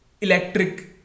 electric